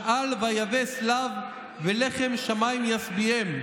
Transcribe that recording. שאל ויבא שלו ולחם שמים ישביעם.